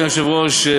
אדוני היושב-ראש,